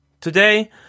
Today